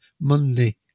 Monday